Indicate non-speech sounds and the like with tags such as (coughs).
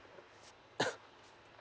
(coughs)